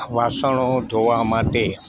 વાસણો ધોવા માટે